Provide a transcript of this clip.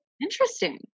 Interesting